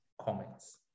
comments